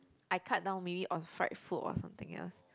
I cut down maybe on fried food or something else